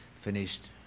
finished